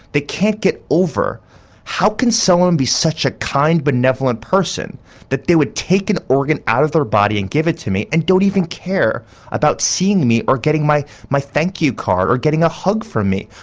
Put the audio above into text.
they can't get over how can someone be such a kind benevolent person that they would take an organ out of their body and give it to me and don't even care about seeing me or getting my my thank you card, or getting a hug from me.